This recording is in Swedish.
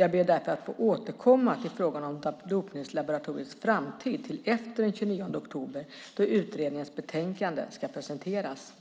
Jag ber därför att få återkomma till frågan om dopningslaboratoriets framtid efter den 29 oktober då utredningens betänkande ska presenteras.